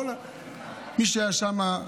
של כל מי שהיה שם.